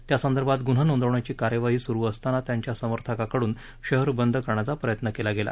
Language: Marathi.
त्यासंदर्भात गुन्हा नोंदवण्याची कार्यवाही सुरु असतांना त्याच्या समर्थकांकडून शहर बंद करण्याचा प्रयत्न केला गेला